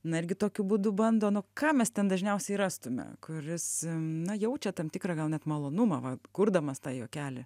na irgi tokiu būdu bando nu ką mes ten dažniausiai rastume kuris na jaučia tam tikrą gal net malonumą va kurdamas tą juokelį